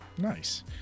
Nice